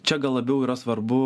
čia gal labiau yra svarbu